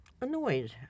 annoyed